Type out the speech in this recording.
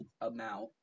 amount